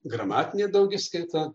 gramatinė daugiskaita